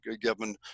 given